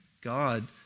God